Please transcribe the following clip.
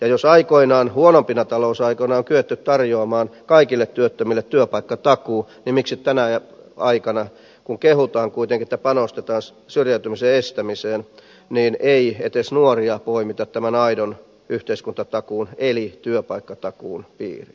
ja jos aikoinaan huonompina talousaikoina on kyetty tarjoamaan kaikille työttömille työpaikkatakuu niin miksi tänä aikana kun kehutaan kuitenkin että panostetaan syrjäytymisen estämiseen ei edes nuoria poimita tämän aidon yhteiskuntatakuun eli työpaikkatakuun piiriin